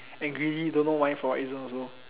angrily don't know why for what reason also